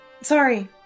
Sorry